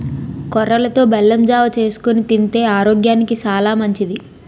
కొర్రలతో బెల్లం జావ చేసుకొని తింతే ఆరోగ్యానికి సాలా మంచిది